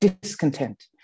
discontent